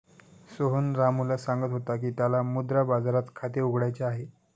सोहन रामूला सांगत होता की त्याला मुद्रा बाजारात खाते उघडायचे आहे